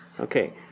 Okay